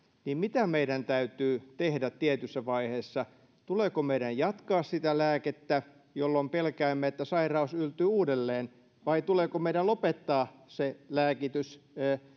niin mitä meidän täytyy tehdä tietyssä vaiheessa tuleeko meidän jatkaa sitä lääkettä jolloin pelkäämme että sairaus yltyy uudelleen vai tuleeko meidän lopettaa se lääkitys